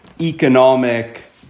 economic